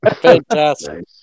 fantastic